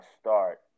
start